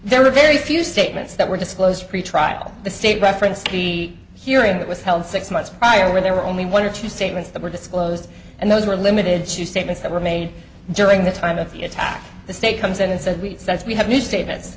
there are very few statements that were disclosed pretrial the state referenced be hearing that was held six months prior where there were only one or two statements that were disclosed and those were limited to statements that were made during the time of the attack the state comes in and said we sense we have made statements